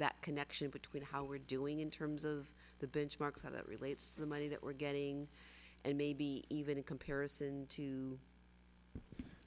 that connection between how we're doing in terms of the benchmarks how that relates to the money that we're getting and maybe even in comparison to